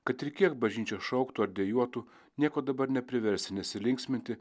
kad ir kiek bažnyčia šauktų ar dejuotų nieko dabar nepriversi nesilinksminti